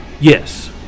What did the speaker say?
yes